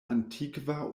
antikva